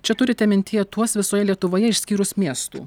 čia turite mintyje tuos visoje lietuvoje išskyrus miestų